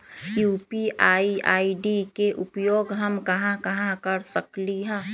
UPI ID के उपयोग हम कहां कहां कर सकली ह?